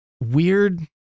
weird